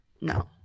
No